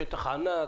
שטח ענק,